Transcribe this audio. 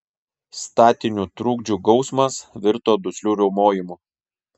statinių trukdžių gausmas virto dusliu riaumojimu